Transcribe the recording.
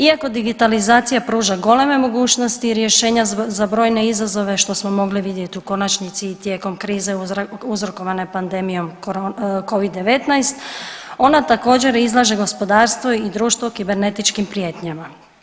Iako digitalizacija pruža goleme mogućnosti i rješenja za brojne izazove, što smo mogli vidjeti u konačnici i tijekom krize uzrokovane pandemijom Covid-19, ona također, izlaže gospodarstvo i društvo kibernetičkim prijetnjama.